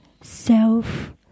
self